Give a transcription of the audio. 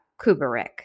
Kubrick